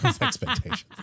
expectations